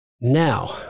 now